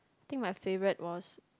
think my favourite was